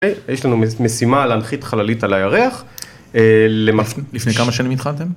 יש לנו משימה להנחית חללית על הירח, לפני כמה שנים התחלתם?